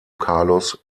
carlos